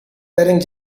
wearing